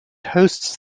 hosts